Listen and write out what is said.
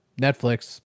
Netflix